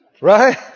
Right